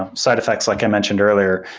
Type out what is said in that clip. ah side effects, like i mentioned earlier,